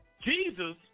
Jesus